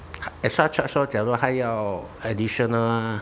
as such 他说假如他说他要 additional